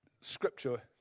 scripture